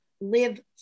live